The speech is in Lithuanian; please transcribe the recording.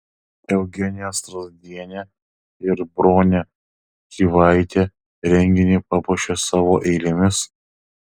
eugenija strazdienė ir bronelė čyvaitė renginį papuošė savo eilėmis